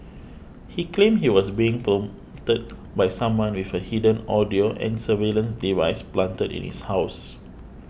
he claimed he was being prompted by someone with a hidden audio and surveillance device planted in his house